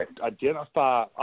identify